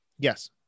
yes